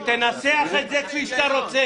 תנסח את זה כפי שאתה רוצה.